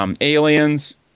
Aliens